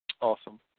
Awesome